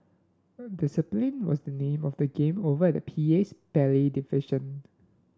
discipline was the name of the game over at the PA's ballet division